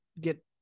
get